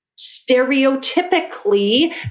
stereotypically